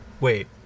Wait